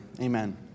Amen